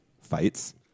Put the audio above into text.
fights